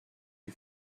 you